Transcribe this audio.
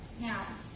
now